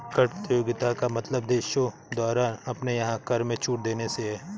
कर प्रतियोगिता का मतलब देशों द्वारा अपने यहाँ कर में छूट देने से है